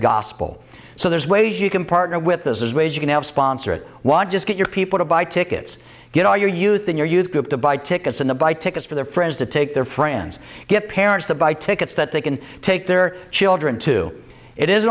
gospel so there's ways you can partner with those as well as you can help sponsor it want just get your people to buy tickets get all your youth in your youth group to buy tickets and to buy tickets for their friends to take their friends get parents to buy tickets that they can take their children to it is